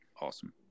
Awesome